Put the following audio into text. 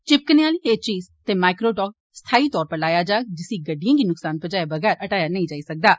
चिपकने आहली एह चीज ते माइक्रोडॉट स्थायी तौर पर लाया जाग जिसी गडिडए गी नुकसान पुजाये बगैर हटाया नेईं जाई सकदा ऐ